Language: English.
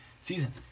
season